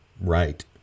right